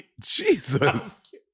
Jesus